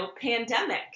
pandemic